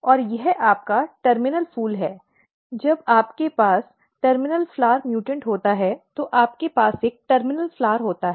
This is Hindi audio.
और यह आपका टर्मिनल फूल है जब आपके पास टर्मिनल फूल म्यूटॅन्ट होता है तो आपके पास एक टर्मिनल फूल होता है